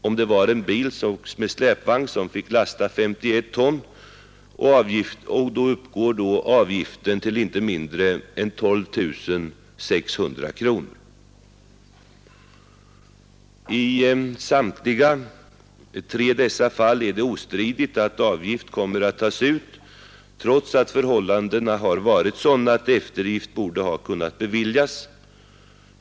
Om det var en bil med släpvagn som får lasta 51 ton uppgår avgiften till inte mindre än 12 600 kronor. I samtliga dessa fall är det ostridigt att avgift kommer att tas ut trots att förhållandena har varit sådana att eftergift borde ha kunnat beviljas.